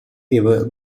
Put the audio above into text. ever